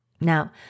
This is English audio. Now